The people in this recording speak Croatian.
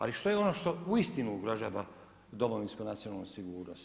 Ali što je ono što uistinu ugrožava Domovinsku i nacionalnu sigurnost?